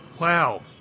Wow